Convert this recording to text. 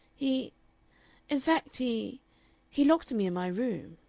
he in fact, he he locked me in my room.